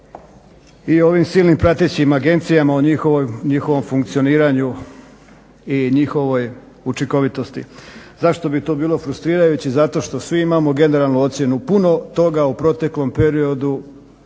o ovim silnim pratećim agencijama o njihovom funkcioniranju i o njihovoj učinkovitosti. Zašto bi to bilo frustrirajuće? Zato što svi imamo generalnu ocjenu. Puno toga u proteklom periodu